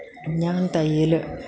ഞാൻ തയ്യൽ